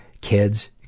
kids